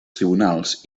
tribunals